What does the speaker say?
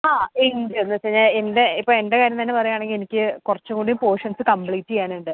ആ എന്നുവെച്ചുകഴിഞ്ഞാൽ എൻ്റെ ഇപ്പോൾ എൻ്റെ കാര്യം തന്നെ പറയുവാണെങ്കിൽ എനിക്ക് കുറച്ച്കൂടി പോർഷൻസ് കമ്പ്ലീറ്റ് ചെയ്യാനുണ്ട്